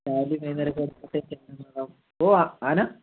രാവിലെയും വൈകുന്നേരം ഒക്കെ ഓ ആന